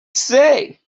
say